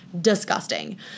disgusting